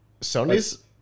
Sony's